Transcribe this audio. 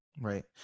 Right